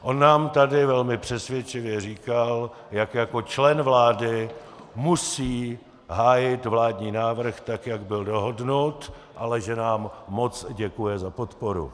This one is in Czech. On nám tady velmi přesvědčivě říkal, jak jako člen vlády musí hájit vládní návrh tak, jak byl dohodnut, ale že nám moc děkuje za podporu.